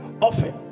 often